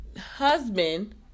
husband